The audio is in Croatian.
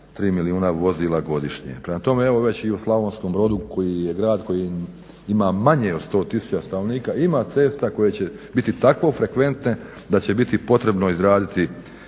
3 milijuna vozila godišnje. Prema tome, evo već i u Slavonskom Brodu koji je grad koji ima manje od 100 tisuća stanovnika ima cesta koje će biti tako frekventne da će bit potrebno izraditi